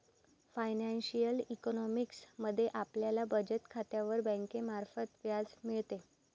financial economics मध्ये आपल्याला बचत खात्यावर बँकेमार्फत व्याज मिळते